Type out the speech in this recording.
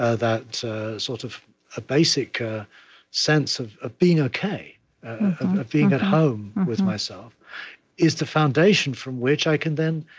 ah a sort of a basic sense of of being ok, of being at home with myself is the foundation from which i can then,